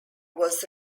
was